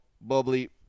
bubbly